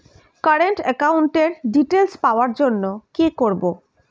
Current একাউন্টের details পাওয়ার জন্য কি করব?